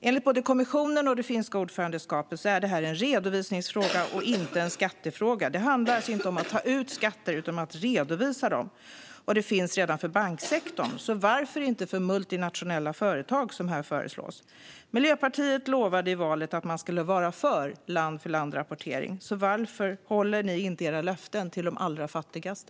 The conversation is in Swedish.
Enligt både kommissionen och det finska ordförandeskapet är det här en redovisningsfråga och inte en skattefråga. Det handlar alltså inte om att ta ut skatter utan om att redovisa dem. Och sådan rapportering finns redan för banksektorn. Varför ska det då inte finnas för multinationella företag, som här föreslås? Miljöpartiet lovade i valrörelsen att vara för land-för-land-rapportering. Varför håller ni inte era löften till de allra fattigaste?